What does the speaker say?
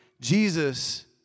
Jesus